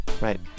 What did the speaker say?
Right